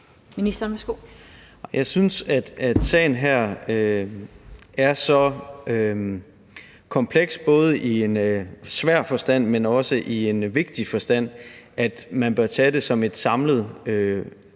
Jeg synes, at sagen her er så kompleks i både en svær forstand, men også i en vigtig forstand, at man bør tage det som et samlet forløb,